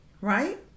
right